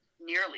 nearly